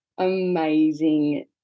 amazing